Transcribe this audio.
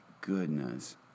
goodness